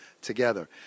Together